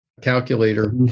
calculator